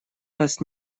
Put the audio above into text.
нас